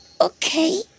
Okay